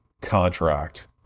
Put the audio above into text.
contract